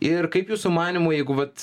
ir kaip jūsų manymu jeigu vat